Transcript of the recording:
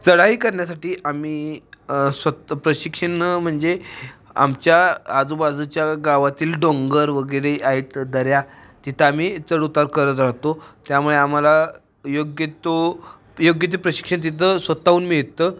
चढाई करण्यासाठी आम्ही स्वत प्रशिक्षण म्हणजे आमच्या आजूबाजूच्या गावातील डोंगर वगैरे आहेत दऱ्या तिथं आम्ही चढउतार करत राहतो त्यामुळे आम्हाला योग्य तो योग्य ते प्रशिक्षण तिथं स्वत हून मिळतं